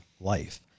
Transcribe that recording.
life